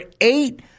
eight